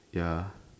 ya